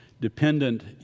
Dependent